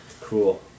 Cool